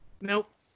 Nope